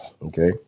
Okay